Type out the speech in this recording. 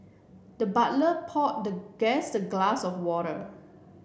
the butler pour the guest a glass of water